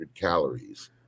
calories